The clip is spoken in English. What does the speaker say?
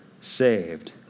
saved